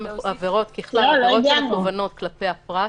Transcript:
ככלל עבירות שמכוונות כלפי הפרט,